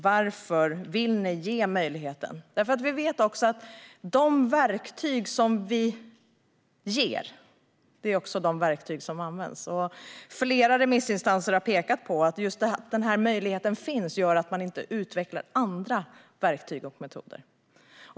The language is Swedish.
Varför vill ni ha möjlighet till vård i avskildhet i fyra timmar? Vi vet att de verktyg som vi ger också är de verktyg som används. Flera remissinstanser har pekat på att just det faktum att denna möjlighet finns gör att man inte utvecklar andra verktyg och metoder.